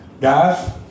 Guys